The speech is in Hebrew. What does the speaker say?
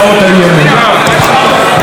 תודה לשר אופיר אקוניס.